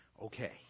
Okay